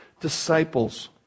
disciples